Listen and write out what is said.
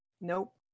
Nope